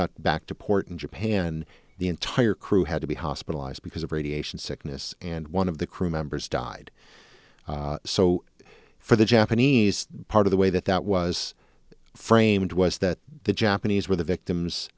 got back to port in japan the entire crew had to be hospitalized because of radiation sickness and one of the crew members died so for the japanese part of the way that that was framed was that the japanese were the victims